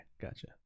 Gotcha